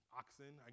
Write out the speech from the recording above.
oxen